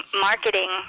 marketing